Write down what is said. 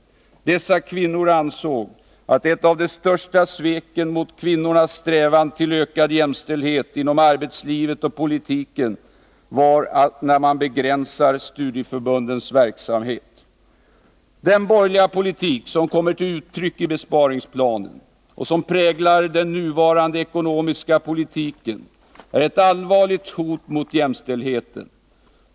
Dessa kvinnor ansåg att ett av de största sveken mot kvinnornas strävan till ökad jämställdhet inom arbetslivet och politiken var att begränsa studieförbundens verksamhet. Den borgerliga politik som kommer till uttryck i besparingsplanen och som präglar den nuvarande ekonomiska politiken är ett allvarligt hot mot jämställdheten.